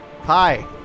hi